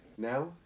Now